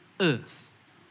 earth